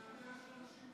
אתה יודע שאנשים קנו.